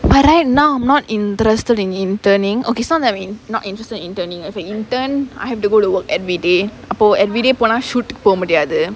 but right now I'm not interested in interning okay it's not that I'm not interested in interning okay intern I have to go to work everyday அப்ப:appa everyday போனா:ponaa shoot டுக்கு போ முடியாது:tukku po mudiyaathu